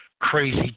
Crazy